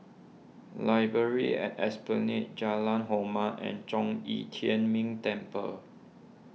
Library at Esplanade Jalan Hormat and Zhong Yi Tian Ming Temple